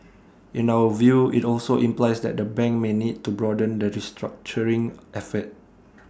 in our view IT also implies that the bank may need to broaden the restructuring effort